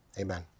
Amen